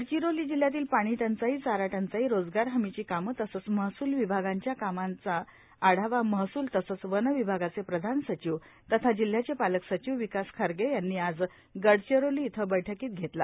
गडचिरोली जिल्हयातील पाणीटंचाई चारा टंचाई रोजगार हमीची कामे तसंच महसूल विभागांच्या विकास कामांचा आढावा महसूल तसंच वन विभागाचे प्रधान सचिव तथा जिल्ह्याचे पालक सचिव विकास खारगे यांनी आज गडचिरोली इथं बैठकीत घेतला